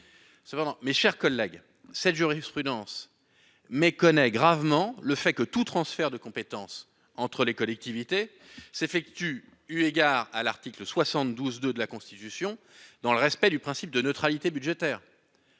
mes chers collègues, cette jurisprudence méconnaît gravement le fait que tout transfert de compétences entre les collectivités s'effectue, eu égard à l'article 72 de la Constitution dans le respect du principe de neutralité budgétaire.